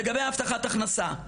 לגבי הבטחת הכנסה,